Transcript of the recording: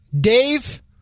Dave